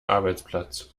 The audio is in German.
arbeitsplatz